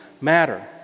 matter